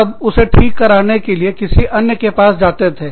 तब उसे ठीक कराने के लिए किसी अन्य के पास जाते थे